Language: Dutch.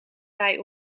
bij